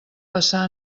passar